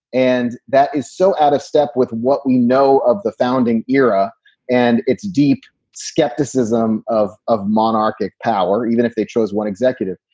and that is so out of step with what we know of the founding era and its deep skepticism of of monarchic power, even if they chose one executive.